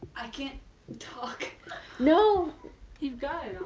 i can't talk no you've got it.